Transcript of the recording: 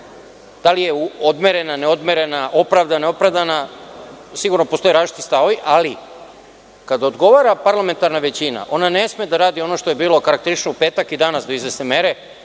da li je odmerena ili ne odmerena, opravdana, neopravdana, sigurno postoje različiti stavovi. Ali, kada odgovara parlamentarna većina, ona ne sme da radi ono što je bilo karakteristično u petak i danas, do izvesne mere,